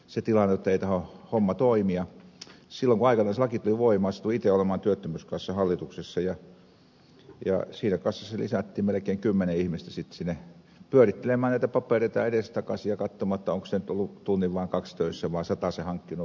silloin kun aikanaan se laki tuli voimaan satuin itse olemaan työttömyyskassan hallituksessa ja siinä kassassa lisättiin melkein kymmenen ihmistä sinne pyörittelemään näitä papereita edestakaisin ja katsomaan onko henkilö ollut tunnin vai kaksi töissä satasen hankkinut vai viisikymppiä